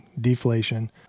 deflation